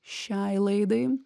šiai laidai